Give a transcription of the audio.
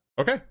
Okay